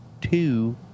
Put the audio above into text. two